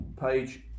Page